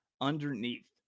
underneath